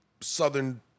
southern